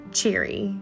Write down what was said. cheery